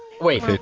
Wait